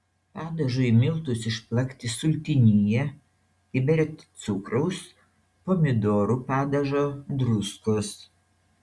padažui miltus išplakti sultinyje įberti cukraus pomidorų padažo druskos